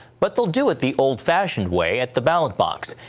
but will do it the old-fashioned way at the ballot box.